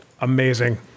Amazing